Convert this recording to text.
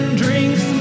drinks